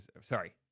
Sorry